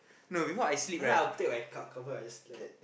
I'll take my cover I just like that